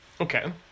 Okay